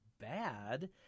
bad